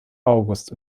august